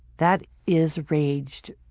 that is rage.